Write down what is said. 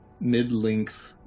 mid-length